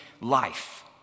life